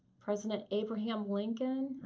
president abraham lincoln,